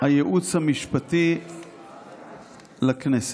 הייעוץ המשפטי לכנסת.